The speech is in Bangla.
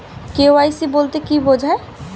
কে.ওয়াই.সি বলতে কি বোঝায়?